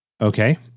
Okay